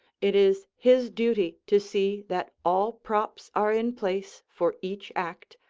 it is his duty to see that all props are in place for each act,